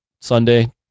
Sunday